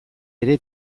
ere